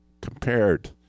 compared